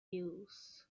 males